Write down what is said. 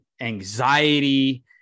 anxiety